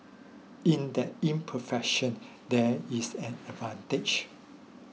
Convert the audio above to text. in that imperfection there is an advantage